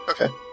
Okay